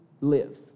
live